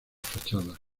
fachadas